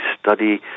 study